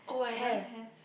I don't have